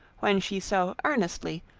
when she so earnestly,